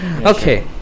okay